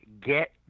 get